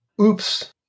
oops